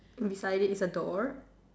and beside it's a door